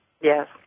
Yes